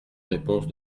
réponse